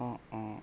অ অ